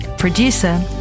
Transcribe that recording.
Producer